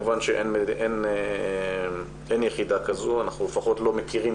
כמובן שאין יחידה כזאת או לפחות אנחנו לא מכירים